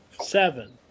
Seven